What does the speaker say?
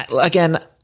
again